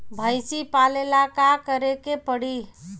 भइसी पालेला का करे के पारी?